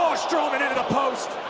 strowman into the post.